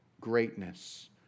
greatness